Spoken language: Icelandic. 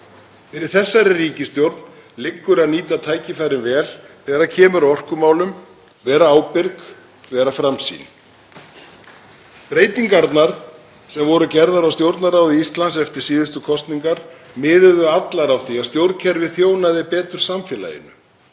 Fyrir þessari ríkisstjórn liggur að nýta tækifærin vel þegar kemur að orkumálum, vera ábyrg, vera framsýn. Breytingarnar sem voru gerðar á Stjórnarráði Íslands eftir síðustu kosningar miðuðu allar að því að stjórnkerfið þjónaði betur samfélaginu.